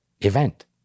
event